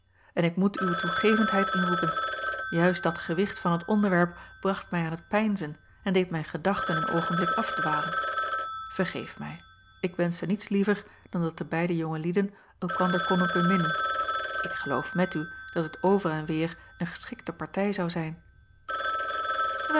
en ik moet uw toegevendheid inroepen juist dat gewicht van het onderwerp bracht mij aan het peinzen en deed mijn gedachten een oogenblik afdwalen vergeef mij ik wenschte niets liever dan dat de beide jonge lieden elkander konnen beminnen ik geloof met u dat het over en weêr een geschikte partij zou zijn